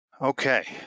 Okay